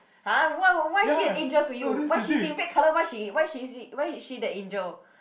[huh] why why she's an angel to you but she's in red colour why she why she why is she the angel